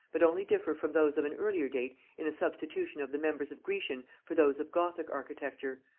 but only differ from those of an earlier date in the substitution of the members of grecian for those of gothic architecture,